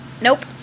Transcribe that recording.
Nope